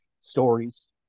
stories